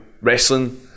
wrestling